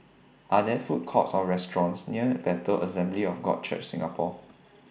Are There Food Courts Or restaurants near Bethel Assembly of God Church Singapore